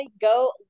go